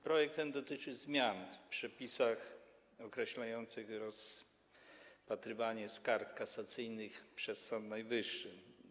Projekt ten dotyczy zmian w przepisach określających rozpatrywanie skarg kasacyjnych przez Sąd Najwyższy.